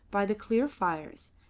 by the clear fires,